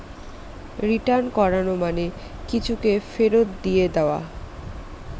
return করানো মানে কিছুকে ফেরত দিয়ে দেওয়া